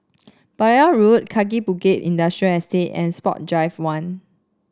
Balmoral Road Kaki Bukit Industrial Estate and Sport Drive One